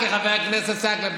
חבר הכנסת עסאקלה,